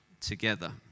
together